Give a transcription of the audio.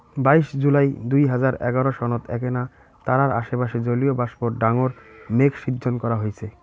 বাইশ জুলাই দুই হাজার এগারো সনত এ্যাকনা তারার আশেপাশে জলীয়বাষ্পর ডাঙর মেঘ শিজ্জন করা হইচে